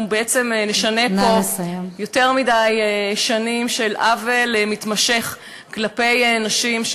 אנחנו בעצם נשנה פה עוול מתמשך של יותר מדי שנים כלפי נשים,